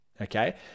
okay